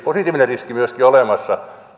positiivinen riski myöskin olemassa